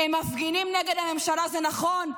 הם מפגינים נגד הממשלה, זה נכון.